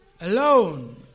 alone